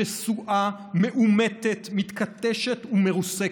שסועה, מעומתת, מתכתשת ומרוסקת.